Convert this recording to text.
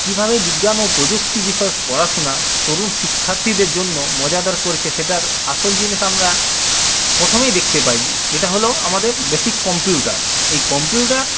কীভাবে বিজ্ঞান ও প্রযুক্তি বিষয়ক পড়াশোনা তরুণ শিক্ষার্থীদের জন্য মজাদার করেছে সেটার আসল জিনিস আমরা প্রথমেই দেখতে পাই যেটা হলো আমাদের বেসিক কম্পিউটার এই কম্পিউটার